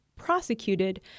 prosecuted